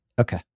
Okay